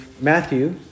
Matthew